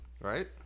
Right